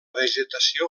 vegetació